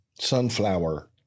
Sunflower